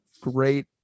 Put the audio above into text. great